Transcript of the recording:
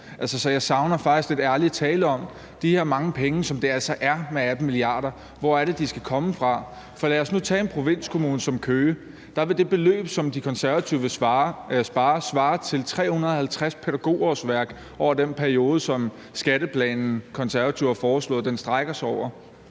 jeg savner faktisk lidt ærlig tale om de her mange penge, som det jo altså er med 18 mia. kr. Hvor er det, de skal komme fra? Lad os tage en provinskommune som Køge. Der vil det beløb, som De Konservative vil spare, svare til 350 pædagogårsværk over den periode, som skatteplanen, Konservative har foreslået, strækker sig over.